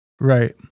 right